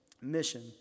mission